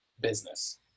business